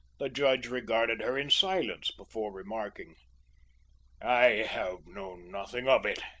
the judge regarded her in silence before remarking i have known nothing of it.